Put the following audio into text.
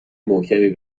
محکمی